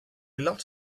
lot